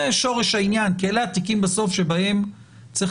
זה שורש העניין כי אלה התיקים שבהם צריך